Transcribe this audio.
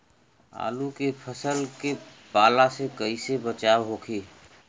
आलू के फसल के पाला से कइसे बचाव होखि?